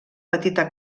petita